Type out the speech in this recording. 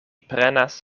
prenas